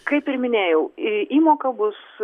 kaip ir minėjau į įmoka bus